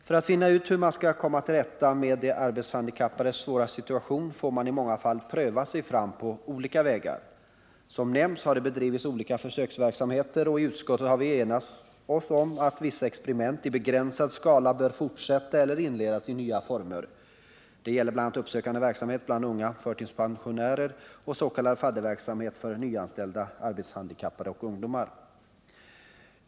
Föratt finna ut hur man skall komma till rätta med de arbetshandikappades svåra situation får man i många fall pröva sig fram på olika vägar. Som nämnts har man bedrivit olika försöksverksamheter, och i utskottet har vi enat oss om att vissa experiment i begränsad skala bör fortsätta eller inledas i nya former. Det gäller bl.a. uppsökande verksamhet bland unga förtidspensionärer och s.k. fadderverksamhet för nyanställda arbetshandikappade och ungdomar.